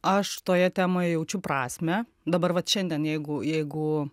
aš toje temoje jaučiu prasmę dabar vat šiandien jeigu jeigu